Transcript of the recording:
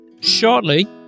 Shortly